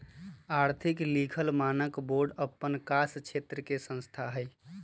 आर्थिक लिखल मानक बोर्ड अप्पन कास क्षेत्र के संस्था हइ